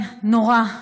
נורא.